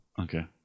Okay